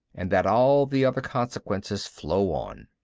and that all the other consequences flow on.